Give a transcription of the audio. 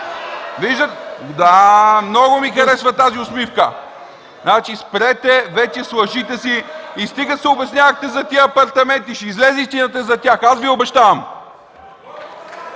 ГЕРБ.) Да, много ми харесва тази усмивка. Спрете вече с лъжите си и стига се обяснявахте за тези апартаменти – ще излезе истината за тях. Обещавам